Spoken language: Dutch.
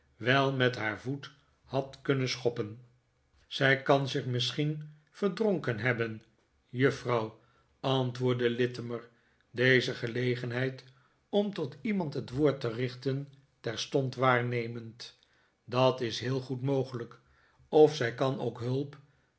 wel met haar voet had kunnen schoppen zij kan zich misschien verdronken hebben juffrouw antwoordde littimer deze gelegenheid om tot iemand het woord te richten terstond waarnemend dat is heel goed mogelijk of zij kan ook hulp